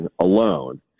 alone